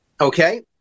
okay